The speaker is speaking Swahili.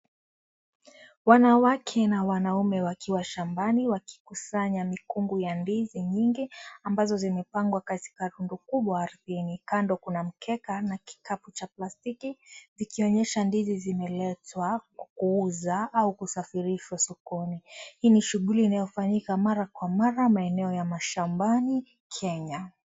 Wanawake na wanaume wakiwa shambani wakisanya mikungu ya ndizi nyingi, ambazo zimepangwa katika rundu kubwa ardhini, kando kuna mkeka, na kikapu cha pastiki, ikionyesha ndizi zimeletwa, kuuza, au kusafirishwa sokoni, hii ni shuguli inayo fanyika mara kwa mara, maeneo ya mashambani, kenya.